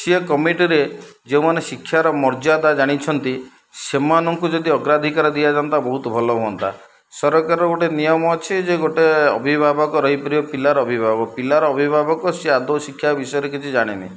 ସିଏ କମିଟିରେ ଯେଉଁମାନେ ଶିକ୍ଷାର ମର୍ଯ୍ୟାଦା ଜାଣିଛନ୍ତି ସେମାନଙ୍କୁ ଯଦି ଅଗ୍ରାଧିକାର ଦିଆଯାଆନ୍ତା ବହୁତ ଭଲ ହୁଅନ୍ତା ସରକାର ଗୋଟେ ନିୟମ ଅଛି ଯେ ଗୋଟେ ଅଭିଭାବକ ରହିପାରିବ ପିଲାର ଅଭିଭାବକ ପିଲାର ଅଭିଭାବକ ସିଏ ଆଦୌ ଶିକ୍ଷା ବିଷୟରେ କିଛି ଜାଣିନି